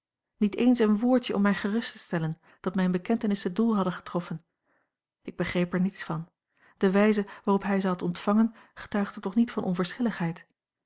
niet eens een woordje om mij gerust te stellen dat mijne bekentenissen doel hadden getroffen ik begreep er niets van de wijze waarop hij ze had ontvangen getuigde toch niet van onverschilligheid